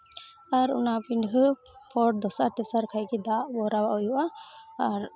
ᱟᱨ ᱚᱱᱟ ᱯᱤᱰᱷᱟᱹ ᱯᱚᱨ ᱫᱚᱥᱟᱨ ᱛᱮᱥᱟᱨ ᱠᱷᱟᱡ ᱜᱮ ᱫᱟᱜ ᱵᱷᱚᱨᱟᱣ ᱟᱜ ᱦᱩᱭᱩᱜᱼᱟ ᱟᱨ